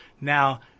Now